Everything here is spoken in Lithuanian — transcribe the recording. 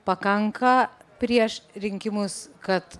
pakanka prieš rinkimus kad